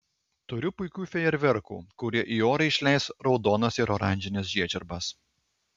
turiu puikių fejerverkų kurie į orą išleis raudonas ir oranžines žiežirbas